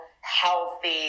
healthy